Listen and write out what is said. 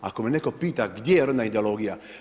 Ako me netko pita gdje je rodna ideologija.